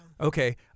Okay